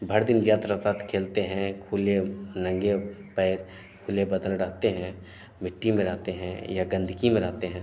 भर दिन यत्र तत्र खेलते हैं खुले नंगे पैर खुले बदन रहते हैं मिट्टी में रहते हैं या गंदगी में रहते हैं